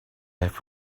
have